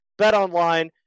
BetOnline